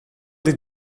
this